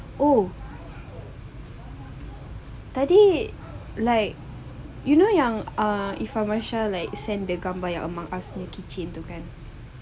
oh tadi like you know yang err ifamansah like send the gambar yang among us ni kecil itu kan